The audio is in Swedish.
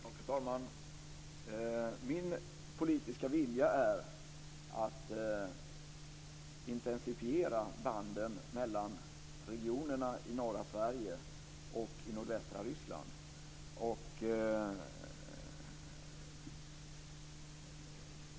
Fru talman! Min politiska vilja är att intensifiera banden mellan regionerna i norra Sverige och nordvästra Ryssland.